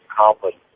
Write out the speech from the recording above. accomplished